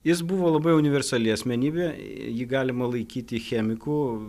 jis buvo labai universali asmenybė jį galima laikyti chemiku